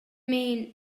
mean